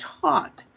taught